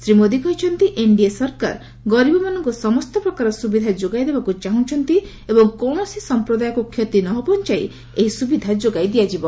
ଶ୍ରୀ ମୋଦି କହିଛନ୍ତି ଏନଡିଏ ସରକାର ଗରିବମାନଙ୍କ ସମସ୍ତ ପ୍ରକାର ସୁବିଧା ଯୋଗାଇ ଦେବାକୁ ଚାହୁଁଛନ୍ତି ଏବଂ କୌଣସି ସମ୍ପ୍ରଦାୟକୁ କ୍ଷତି ନ ପହଞ୍ଚାଇ ଏହି ସୁବିଧା ଯୋଗାଇ ଦିଆଯିବ